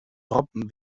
robben